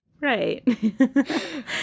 right